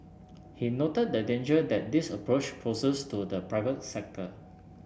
he noted the danger that this approach poses to the private sector